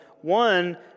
One